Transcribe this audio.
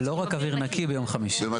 יום